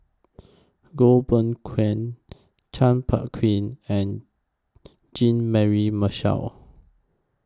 Goh Beng Kwan Chua Phung Kim and Jean Mary Marshall